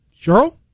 cheryl